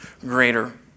greater